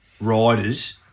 riders